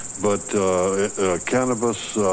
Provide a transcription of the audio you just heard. but cannabis,